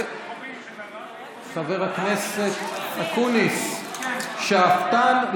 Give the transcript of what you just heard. חבר הכנסת אקוניס: "שאפתן,